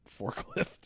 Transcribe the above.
forklift